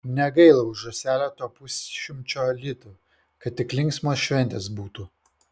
negaila už žąselę to pusšimčio litų kad tik linksmos šventės būtų